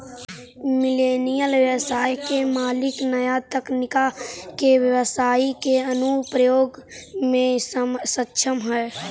millennial व्यवसाय के मालिक नया तकनीका के व्यवसाई के अनुप्रयोग में सक्षम हई